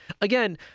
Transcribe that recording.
Again